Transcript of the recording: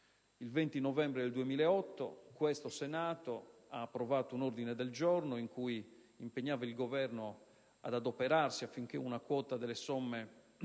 il 20 novembre 2008 il Senato ha approvato un ordine del giorno che impegnava il Governo ad adoperarsi affinché una quota delle somme